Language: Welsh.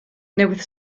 newydd